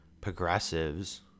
progressives